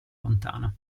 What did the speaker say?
lontano